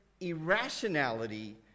irrationality